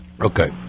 Okay